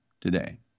today